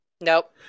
Nope